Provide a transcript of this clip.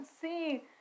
see